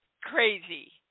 Crazy